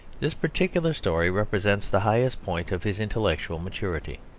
this particular story represents the highest point of his intellectual maturity.